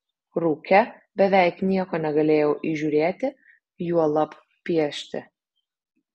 rūke beveik nieko negalėjau įžiūrėti juolab piešti